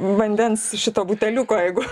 vandens šito buteliuko jeigu